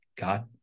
God